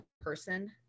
person